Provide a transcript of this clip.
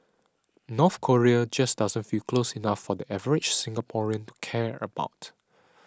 North Korea just doesn't feel close enough for the average Singaporean to care about